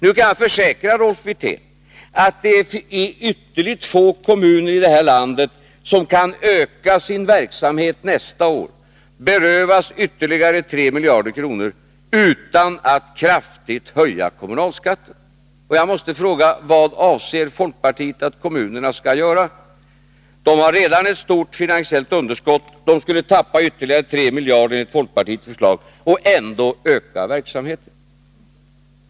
Jag kan försäkra Rolf Wirtén att det är ytterligt få kommuner i det här landet som kan öka sin verksamhet nästa år samtidigt som de berövats 3 miljarder kronor utan att kraftigt höja kommunalskatten, och jag måste fråga: Vad avser folkpartiet att kommunerna skall göra? De har redan ett stort finansiellt underskott, de skulle tappa ytterligare 3 miljarder enligt folkpartiets förslag, och ändå skulle de öka verksamheten.